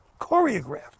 choreographed